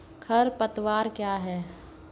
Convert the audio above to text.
खरपतवार क्या है?